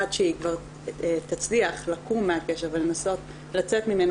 עד שהיא כבר תצליח לקום מהקשר ולנסות לצאת ממנו